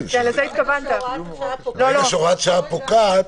ברגע שהוראת השעה פוקעת.